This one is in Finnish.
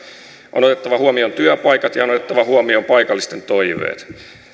on otettava huomioon työpaikat ja on otettava huomioon paikallisten toiveet